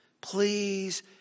please